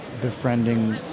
befriending